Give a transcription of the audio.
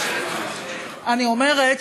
אני אומרת,